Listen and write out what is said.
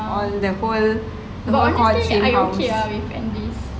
all the fold